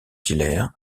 hilaire